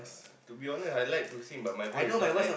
uh to be honest I like to sing but my voice is not nice